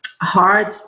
hard